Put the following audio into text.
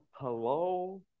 Hello